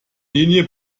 linie